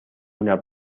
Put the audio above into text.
una